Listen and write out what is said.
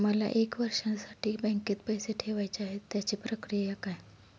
मला एक वर्षासाठी बँकेत पैसे ठेवायचे आहेत त्याची प्रक्रिया काय?